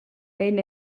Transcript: ein